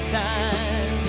time